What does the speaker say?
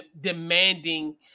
demanding